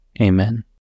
Amen